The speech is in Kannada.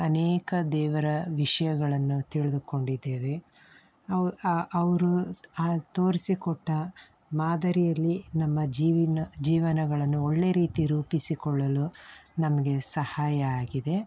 ಅನೇಕ ದೇವರ ವಿಷಯಗಳನ್ನು ತಿಳ್ದುಕೊಂಡಿದ್ದೇವೆ ಅವು ಆ ಅವರು ಆ ತೋರಿಸಿಕೊಟ್ಟ ಮಾದರಿಯಲ್ಲಿ ನಮ್ಮ ಜೀವನ ಜೀವನಗಳನ್ನು ಒಳ್ಳೆಯ ರೀತಿ ರೂಪಿಸಿಕೊಳ್ಳಲು ನಮಗೆ ಸಹಾಯ ಆಗಿದೆ